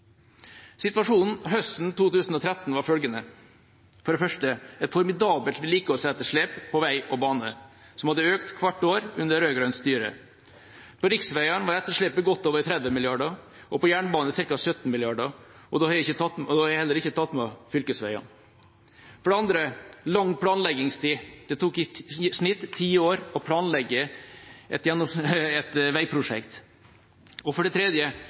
Situasjonen høsten 2013 var følgende: for det første et formidabelt vedlikeholdsetterslep på vei og bane som hadde økt hvert år under rød-grønt styre. På riksveier var etterslepet godt over 30 mrd. kr og på jernbanen ca. 17 mrd. kr, og da har jeg heller ikke tatt med fylkesveier. For det andre: Det var lang planleggingstid. Det tok i snitt ti år å planlegge et veiprosjekt. Og for det tredje: